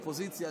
אופוזיציה,